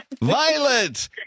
violet